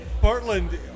Portland